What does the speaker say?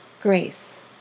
grace